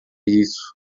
isso